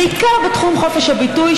בעיקר בתחום חופש הביטוי,